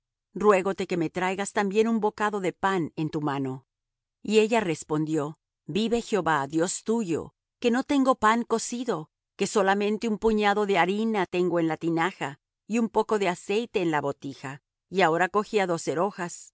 díjole ruégote que me traigas también un bocado de pan en tu mano y ella respondió vive jehová dios tuyo que no tengo pan cocido que solamente un puñado de harina tengo en la tinaja y un poco de aceite en una botija y ahora cogía dos serojas